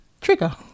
trigger